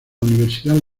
universidad